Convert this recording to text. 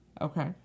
Okay